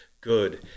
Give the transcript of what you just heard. good